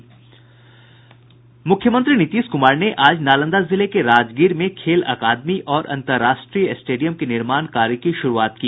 मुख्यमंत्री नीतीश कुमार ने आज नालंदा जिले के राजगीर में खेल अकादमी और अंतर्राष्ट्रीय स्टेडियम के निर्माण कार्य की शुरूआत की